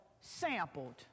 sampled